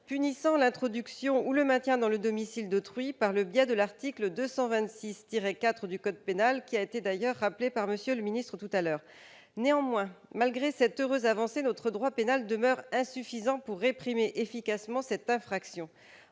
punissant l'introduction ou le maintien dans le domicile d'autrui par le biais de l'article 226-4 du code pénal, évoqué tout à l'heure par M. le secrétaire d'État. Néanmoins, malgré cette heureuse avancée, notre droit pénal demeure insuffisant pour réprimer efficacement cette infraction.